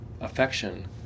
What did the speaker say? affection